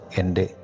ende